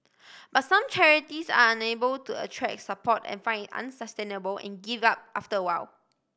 but some charities are unable to attract support and find it unsustainable and give up after a while